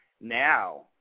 Now